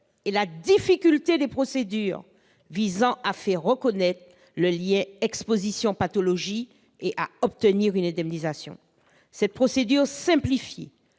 et la difficulté des procédures visant à faire reconnaître le lien entre exposition et pathologie et à obtenir une indemnisation. Cette procédure simplifiée,